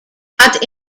had